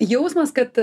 jausmas kad